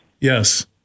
Yes